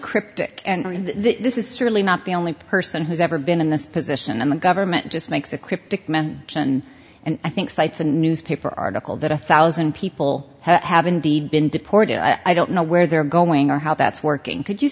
cryptic and this is certainly not the only person who's ever been in this position in the government just makes a cryptic man can and i think cites a newspaper article that a thousand people have indeed been deported i don't know where they're going or how that's working could you